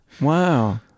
Wow